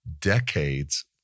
decades